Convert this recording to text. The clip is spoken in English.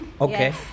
Okay